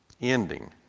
ending